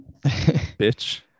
bitch